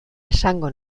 esango